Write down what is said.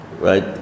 right